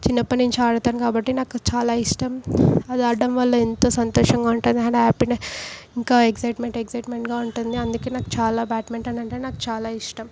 చిన్నప్పటి నుంచి ఆడతాం కాబట్టి నాకు చాలా ఇష్టం అది ఆడడం వల్ల ఎంతో సంతోషంగా ఉంటానో అండ్ హ్యాపీనె ఇంకా ఎగ్జైట్మెంట్ ఎగ్జైట్మెంట్గా ఉంటుంది అందుకే నాకు చాలా బ్యాడ్మింటన్ అంటే నాకు చాలా ఇష్టం